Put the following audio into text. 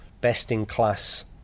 best-in-class